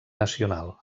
nacional